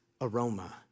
aroma